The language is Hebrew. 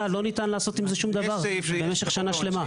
לא ניתן לעשות עם זה שום דבר במשך שנה שלמה.